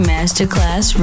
Masterclass